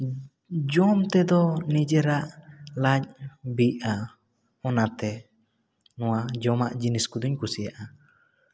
ᱡᱚᱢ ᱛᱮᱫᱚ ᱱᱤᱡᱮᱨᱟᱜ ᱞᱟᱡ ᱵᱤᱜᱼᱟ ᱚᱱᱟᱛᱮ ᱱᱚᱣᱟ ᱡᱚᱢᱟᱜ ᱡᱤᱱᱤᱥ ᱠᱚᱫᱚᱧ ᱠᱩᱥᱤᱭᱟᱜᱼᱟ